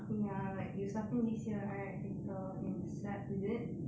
ya like you starting this year right later in sep is it